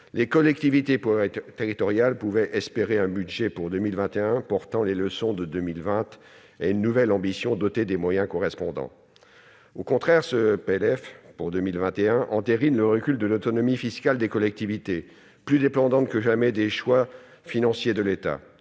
les collectivités territoriales pouvaient espérer un budget pour 2021 tirant les leçons de 2020 et une nouvelle ambition, avec des moyens correspondants. Or le PLF pour 2021 entérine au contraire le recul de l'autonomie fiscale des collectivités, plus dépendantes que jamais des choix financiers de l'État.